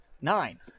Nine